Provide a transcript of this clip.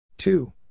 Two